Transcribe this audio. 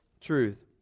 truth